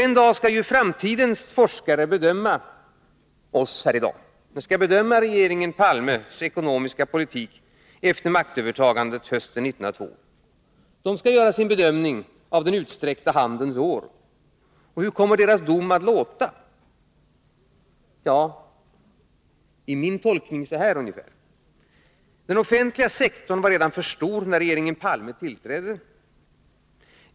En dag skall framtidens forskare bedöma oss här, bedöma regeringen Palmes ekonomiska politik efter maktövertagandet hösten 1982. De skall göra sin bedömning av den utsträckta handens år. Hur kommer deras dom att låta? Jo, i min tolkning så här ungefär: Den offentliga sektorn var redan för stor när regeringen Palme tillträdde.